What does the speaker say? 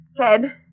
Ted